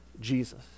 Jesus